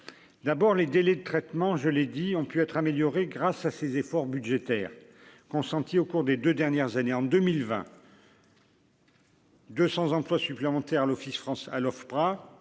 d'abord, les délais de traitement, je l'ai dit, ont pu être améliorée grâce à ces efforts budgétaires consentis au cours des 2 dernières années en 2020. 200 emplois supplémentaires, l'Office français à l'Ofpra